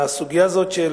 הסוגיה הזאת של